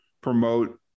promote